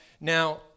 Now